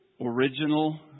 original